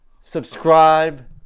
subscribe